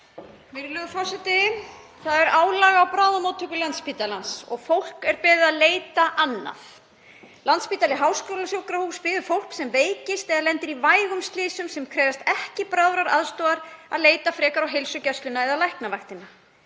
Virðulegur forseti. Það er álag á bráðamóttöku Landspítalans og fólk er beðið að leita annað. Landspítali – háskólasjúkrahús biður fólk sem veikist eða lendir í vægum slysum sem krefjast ekki bráðrar aðstoðar að leita frekar á heilsugæsluna eða Læknavaktina.